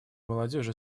молодежи